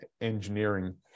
engineering